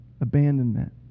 abandonment